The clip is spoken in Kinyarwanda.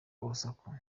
urusaku